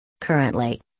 Currently